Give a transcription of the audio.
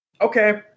okay